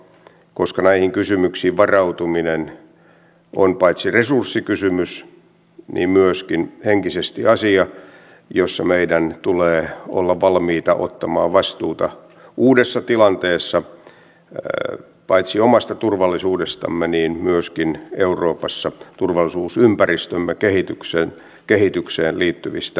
tarkoittaako tämä sitä että ministeri huolehtii siitä että kun määrärahoja kuitenkin ollaan vähentämässä ensi vuonna juuri näihin toimenpiteisiin varatut resurssit pysyvät vähintään tämän vuoden tasolla vai mitä tämä linjaus käytännössä tarkoittaa